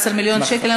111 מיליון שקל,